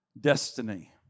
destiny